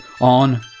on